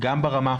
גם ברמה הפיזית,